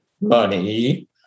money